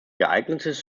geeignetes